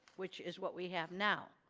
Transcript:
which is what we have now.